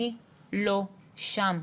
אני לא שם,